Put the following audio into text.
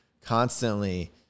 constantly